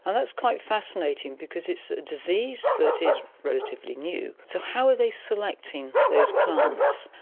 and that's quite fascinating because it's a disease that is relatively new, so how are they selecting those plants?